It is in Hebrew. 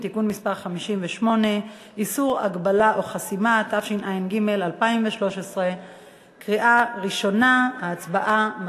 אני מבקש מהכנסת לתמוך בהצעת חוק בקריאה הראשונה ולהעבירה